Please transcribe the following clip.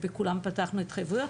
בכולם פתחנו התחייבויות.